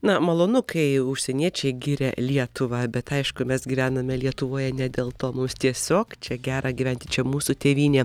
na malonu kai užsieniečiai giria lietuvą bet aišku mes gyvename lietuvoje ne dėl to mums tiesiog čia gera gyventi čia mūsų tėvynė